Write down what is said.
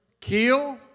kill